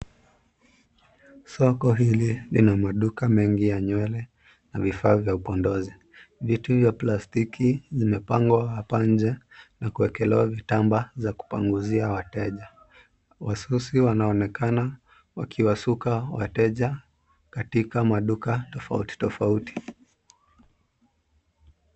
Soko hili lina maduka mengi ya nywele na vifaa vya upodozi. Viti vya plastiki zimepangwa hapa nje na kuwekelewa vitambaa za kupanguzia wateja. Wasusi wanaonekana wakiwasuka wateja katika maduka tofauti tofauti.